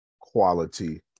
quality